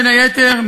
בין היתר,